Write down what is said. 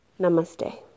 Namaste